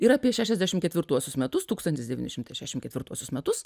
ir apie šešiasdešimt ketvirtuosius metus tūkstantis devyni šimtai šešiasdešimt ketvirtuosius metus